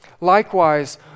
Likewise